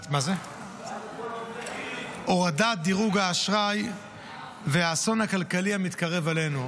הורדת האשראי והאסון הכלכלי המתקרב אלינו.